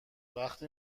وقتی